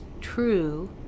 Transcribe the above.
true